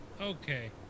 Okay